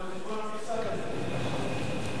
זה במקום המשחק היום,